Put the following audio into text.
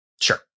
Sure